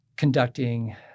conducting